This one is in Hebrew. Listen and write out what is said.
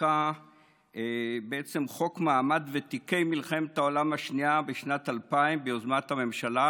חקיקת חוק מעמד ותיקי מלחמת העולם השנייה בשנת 2000 ביוזמת הממשלה